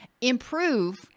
improve